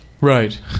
right